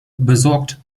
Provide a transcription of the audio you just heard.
besorgt